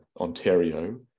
Ontario